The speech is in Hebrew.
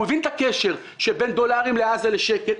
הוא הבין את הקשר שבין דולרים לעזה לבין שקט,